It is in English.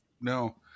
No